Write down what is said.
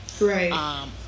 Right